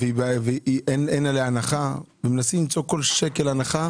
ואין עליה הנחה, ומנסים למצוא כל שקל הנחה